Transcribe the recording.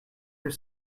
your